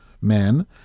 men